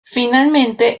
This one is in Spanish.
finalmente